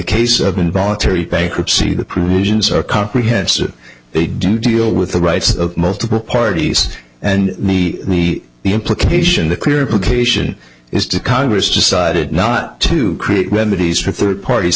case of involuntary bankruptcy the provisions are comprehensive they do deal with the rights of multiple parties and the implication the clear implication is to congress decided not to create remedies for third parties